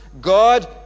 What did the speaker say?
God